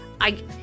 I-